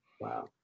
wow